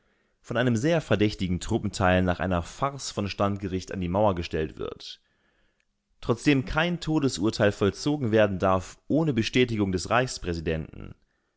von einem sehr verdächtigen truppenteil nach einer farce von standgericht an die mauer gestellt wird trotzdem kein todesurteil vollzogen werden darf ohne bestätigung des